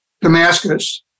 Damascus